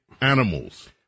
animals